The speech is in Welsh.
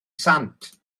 sant